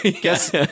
Guess